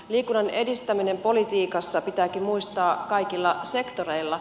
liikunnan edistäminen politiikassa pitääkin muistaa kaikilla sektoreilla